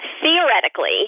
Theoretically